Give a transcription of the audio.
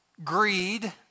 Greed